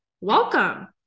Welcome